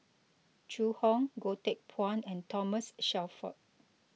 Zhu Hong Goh Teck Phuan and Thomas Shelford